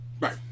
Right